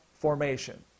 formation